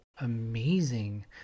amazing